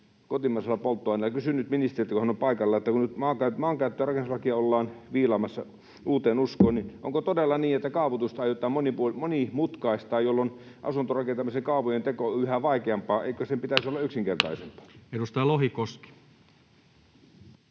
kotimaisella polttoaineella. Kysyn nyt ministeriltä, kun hän on paikalla: Kun nyt maankäyttö- ja rakennuslakia ollaan viilaamassa uuteen uskoon, onko todella niin, että kaavoitusta aiotaan monimutkaistaa, jolloin asuntorakentamisen kaavojen teko on yhä vaikeampaa? Eikö sen pitäisi olla yksinkertaisempaa? [Speech